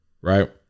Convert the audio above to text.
Right